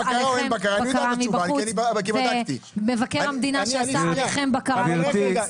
עליכם בקרה מבחוץ ומבקר המדינה שעשה עליכם בקרה מבחוץ.